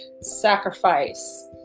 sacrifice